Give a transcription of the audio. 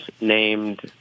named